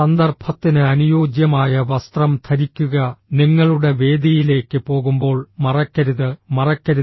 സന്ദർഭത്തിന് അനുയോജ്യമായ വസ്ത്രം ധരിക്കുക നിങ്ങളുടെ വേദിയിലേക്ക് പോകുമ്പോൾ മറയ്ക്കരുത് മറയ്ക്കരുത്